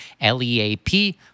L-E-A-P